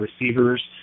receivers